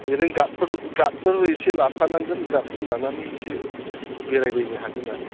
एरैनो गार्दफोर एसे लाफानांगोन गार्दफोर लानानै इसे बेरायबायनो हागोन आरो